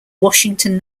washington